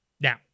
Now